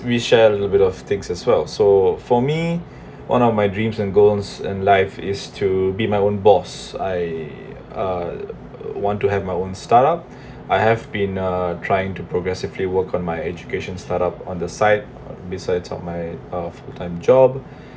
we share a little bit of tips as well so for me one of my dreams and goals in life is to be my own boss I uh want to have my own start up I have been uh trying to progressively work on my education start up on the side besides out my uh full time job